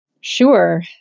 Sure